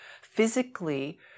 physically